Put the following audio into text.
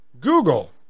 Google